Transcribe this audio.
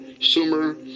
Sumer